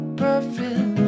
perfect